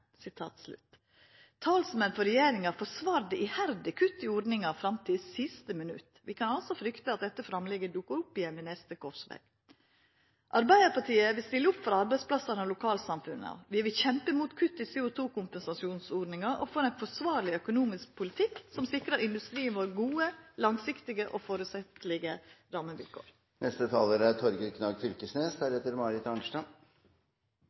Talsmenn for regjeringa forsvarte iherdig kutt i ordninga fram til siste minutt. Vi kan altså frykta at dette framlegget dukkar opp igjen ved neste krossveg. Arbeidarpartiet vil stilla opp for arbeidsplassar og lokalsamfunn. Vi vil kjempa mot kutt i CO2-kompensasjonsordninga, og for ein forsvarleg økonomisk politikk som sikrar industrien vår gode, langsiktige og